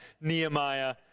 Nehemiah